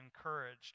encouraged